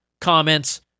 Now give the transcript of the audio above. comments